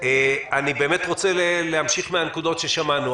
אני רוצה להמשיך מן הנקודות ששמענו.